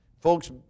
Folks